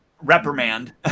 reprimand